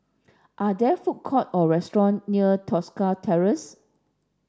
are there food court or restaurant near Tosca Terrace